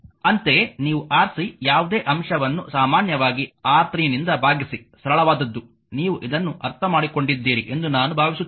ಅಂತೆಯೇ ನೀವು Rc ಯಾವುದೇ ಅಂಶವನ್ನು ಸಾಮಾನ್ಯವಾಗಿ R3 ನಿಂದ ಭಾಗಿಸಿ ಸರಳವಾದದ್ದು ನೀವು ಇದನ್ನು ಅರ್ಥಮಾಡಿಕೊಂಡಿದ್ದೀರಿ ಎಂದು ನಾನು ಭಾವಿಸುತ್ತೇನೆ